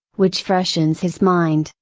which freshens his mind,